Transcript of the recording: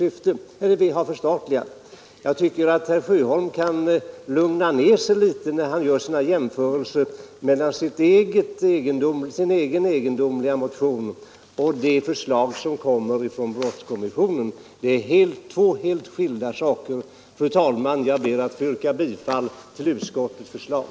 Jag tycker att herr Sjöholm kan lugna ner sig litet, när han gör sina jämförelser mellan sin egen egendomliga motion och brottskommissionens förslag. Det är två helt skilda saker. Fru talman! Jag ber att få yrka bifall till utskottets hemställan.